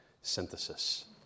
synthesis